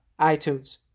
iTunes